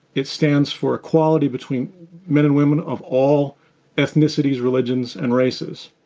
it stands for equality between men and women of all ethnicities, religions, and races.